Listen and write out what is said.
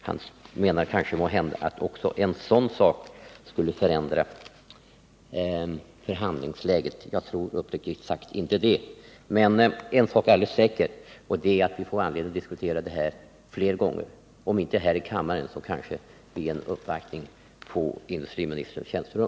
Han menar måhända att även en sådan sak skulle förändra förhandlingsläget. Jag tror uppriktigt sagt inte det, men en sak är alldeles säker: vi får anledning att diskutera den här frågan flera gånger, om inte här i kammaren så kanske vid en uppvaktning på industriministerns tjänsterum.